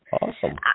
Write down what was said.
Awesome